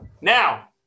now